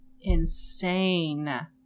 insane